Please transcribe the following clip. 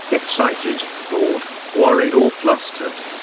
excited, bored, worried or flustered.